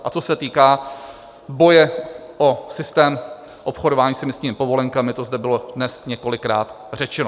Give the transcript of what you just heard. A co se týká boje o systém obchodování s emisními povolenkami, to zde bylo dnes několikrát řečeno.